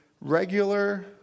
regular